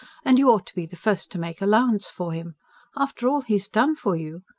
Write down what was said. and you ought to be the first to make allowance for him after all he's done for you.